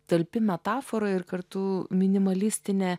talpi metafora ir kartu minimalistinė